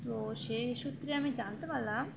তো সেই সূত্রে আমি জানতে পারলাম